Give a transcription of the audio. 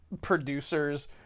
producers